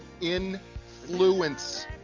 Influence